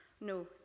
No